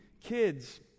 Kids